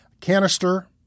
canister